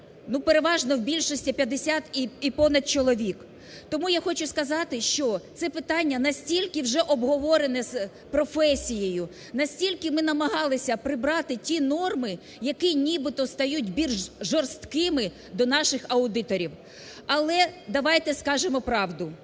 ну, переважно в більшості 50 і понад чоловік. Тому я хочу сказати, що це питання настільки вже обговорене з професією, настільки ми намагалися прибрати ті норми, які нібито стають більш жорсткими до наших аудиторів. Але давайте скажемо правду,